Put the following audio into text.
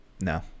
No